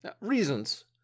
reasons